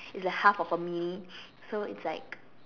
it's like half of a mini so it's like